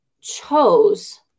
chose